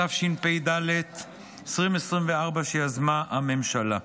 התשפ"ד 2024, שיזמה הממשלה.